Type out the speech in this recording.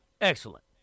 excellent